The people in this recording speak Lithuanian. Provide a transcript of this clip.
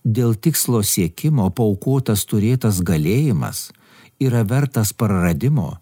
dėl tikslo siekimo paaukotas turėtas galėjimas yra vertas praradimo